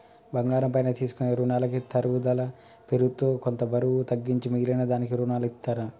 బంగారం పైన తీసుకునే రునాలకి తరుగుదల పేరుతో కొంత బరువు తగ్గించి మిగిలిన దానికి రునాలనిత్తారు